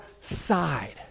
side